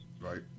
Right